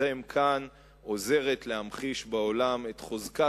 שנוכחותכם כאן עוזרת להמחיש בעולם את חוזקה